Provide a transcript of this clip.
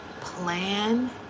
plan